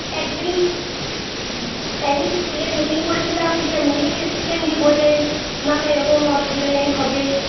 একদিন হ্যাঁ একদিন স্কুলে মিটিং করেছিলাম দিয়ে মিটিংয়ে তো এসেছিলেন দিয়ে বললেন না না এরকম অসুবিধা নেই হবে